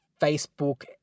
Facebook